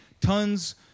tons